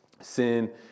sin